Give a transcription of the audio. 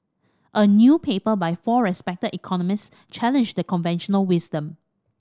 a new paper by four respected economists challenges the conventional wisdom